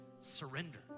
surrender